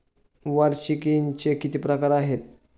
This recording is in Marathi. वार्षिकींचे किती प्रकार आहेत?